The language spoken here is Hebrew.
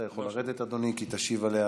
אתה יכול לרדת, אדוני, כי תשיב עליה